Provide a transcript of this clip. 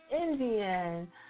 Indian